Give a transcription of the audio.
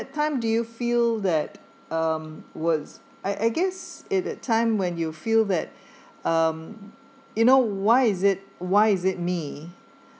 time do you feel that um worst I I guess it that time when you feel that um you know why is it why is it me